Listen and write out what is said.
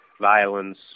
violence